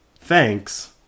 thanks